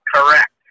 Correct